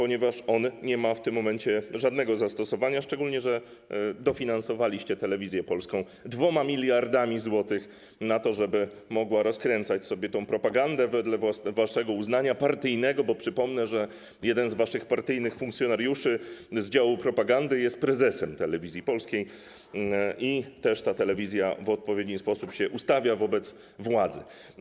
On nie ma w tym momencie żadnego zastosowania, szczególnie że dofinansowaliście Telewizję Polską 2 mld zł, po to żeby mogła rozkręcać tę propagandę wedle waszego, partyjnego uznania, bo przypomnę, że jeden z waszych partyjnych funkcjonariuszy z działu propagandy jest prezesem Telewizji Polskiej i ta telewizja w odpowiedni sposób się ustawia wobec władzy.